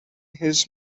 his